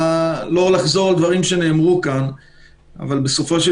אני לא רוצה לחזור על דברים שנאמרו כאן אבל בסופו של